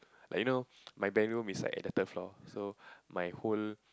like you know my band room beside at the third floor so my whole